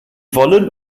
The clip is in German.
wollen